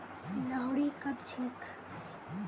लोहड़ी कब छेक